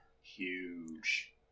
Huge